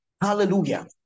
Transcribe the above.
Hallelujah